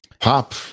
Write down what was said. Pop